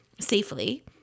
safely